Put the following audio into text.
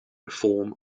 reform